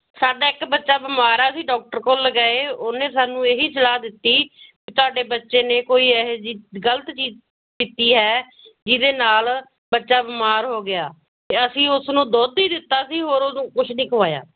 ਸਾਡਾ ਇੱਕ ਬੱਚਾ ਬਿਮਾਰ ਆ ਅਸੀਂ ਡਾਕਟਰ ਕੋਲ ਗਏ ਉਹਨੇ ਸਾਨੂੰ ਇਹ ਹੀ ਸਲਾਹ ਦਿੱਤੀ ਵੀ ਤੁਹਾਡੇ ਬੱਚੇ ਨੇ ਕੋਈ ਇਹੋ ਜਿਹੀ ਗਲਤ ਚੀਜ਼ ਪੀਤੀ ਹੈ ਜਿਹਦੇ ਨਾਲ ਬੱਚਾ ਬਿਮਾਰ ਹੋ ਗਿਆ ਅਤੇ ਅਸੀਂ ਉਸ ਨੂੰ ਦੁੱਧ ਹੀ ਦਿੱਤਾ ਸੀ ਹੋਰ ਉਹਨੂੰ ਕੁਛ ਨਹੀਂ ਖਵਾਇਆ